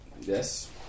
Yes